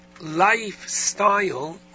lifestyle